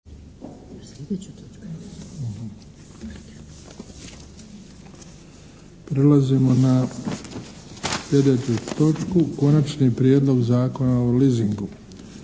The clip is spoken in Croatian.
Prelazimo na sljedeću točku –- Konačni prijedlog Zakona o leasingu,